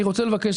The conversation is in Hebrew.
אני רוצה לבקש,